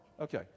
Okay